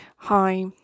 hi